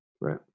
right